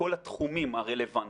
התחומים הרלוונטיים,